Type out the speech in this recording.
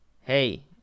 Hey